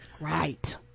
right